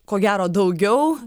ko gero daugiau